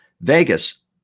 Vegas